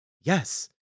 yes